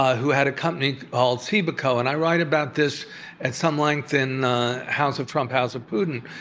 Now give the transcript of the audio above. ah who had a company called seabeco, and i write about this at some length in the house of trump, house of putin.